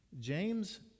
James